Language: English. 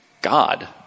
God